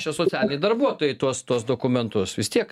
čia socialiniai darbuotojai tuos tuos dokumentus vis tiek